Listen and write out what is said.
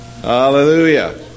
hallelujah